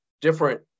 Different